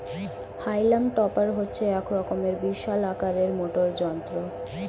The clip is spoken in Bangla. হাইলাম টপার হচ্ছে এক রকমের বিশাল আকারের মোটর যন্ত্র